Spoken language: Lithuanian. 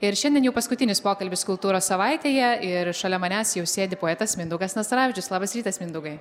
ir šiandien jau paskutinis pokalbis kultūros savaitėje ir šalia manęs jau sėdi poetas mindaugas nastaravičius labas rytas mindaugai